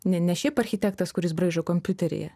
ne ne šiaip architektas kuris braižo kompiuteryje